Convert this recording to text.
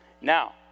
Now